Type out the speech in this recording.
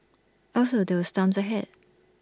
there were storms ahead